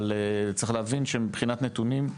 אבל צריך להבין שמבחינת נתונים,